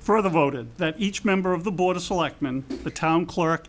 further voted that each member of the board of selectmen the town clerk